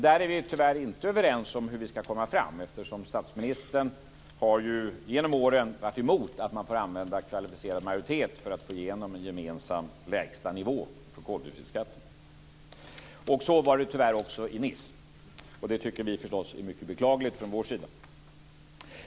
Där är vi tyvärr inte överens om hur vi ska komma fram, eftersom statsministern genom åren har varit emot att man får använda kvalificerad majoritet för att få igenom en gemensam lägsta nivå för koldioxidskatten. Så var det tyvärr också i Nice. Vi tycker från vår sida att det är mycket beklagligt.